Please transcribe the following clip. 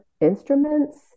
instruments